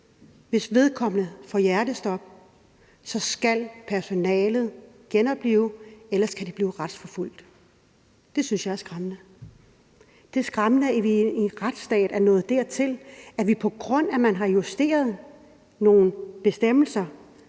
i dag, får hjertestop, så skal personalet genoplive vedkommende, for ellers kan de blive retsforfulgt. Det synes jeg er skræmmende. Det er skræmmende, at vi i en retsstat, på grund af at man har justeret nogle bestemmelser,